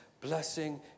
blessing